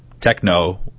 techno